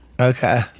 Okay